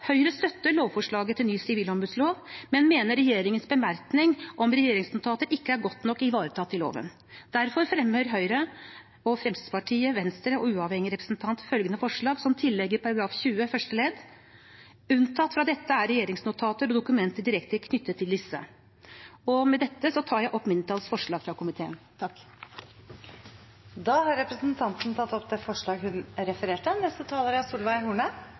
Høyre støtter lovforslaget til ny sivilombudslov, men mener regjeringens bemerkning om regjeringsnotater ikke er godt nok ivaretatt i loven. Derfor fremmer Høyre, Fremskrittspartiet, Venstre og uavhengig representant følgende forslag som tillegg i § 20 første ledd: «Unntatt fra dette er regjeringsnotater og dokumenter direkte knyttet til disse.» Med dette tar jeg opp mindretallets forslag. Representanten Bente Stein Mathisen har tatt opp forslaget hun refererte